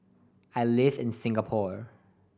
I live in Singapore